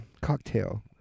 cocktail